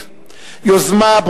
4962, 4967